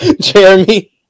Jeremy